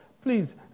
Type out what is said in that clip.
Please